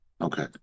Okay